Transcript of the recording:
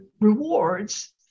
rewards